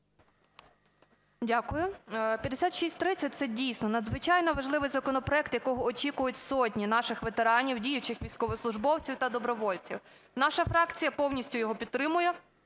Дякую. 5630 – це, дійсно, надзвичайно важливий законопроект, якого очікують сотні наших ветеранів, діючих військовослужбовців та добровольців. Наша фракція повністю його підтримує